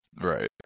Right